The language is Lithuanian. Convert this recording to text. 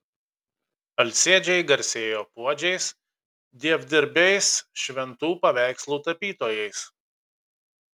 alsėdžiai garsėjo puodžiais dievdirbiais šventų paveikslų tapytojais